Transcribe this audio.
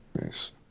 Nice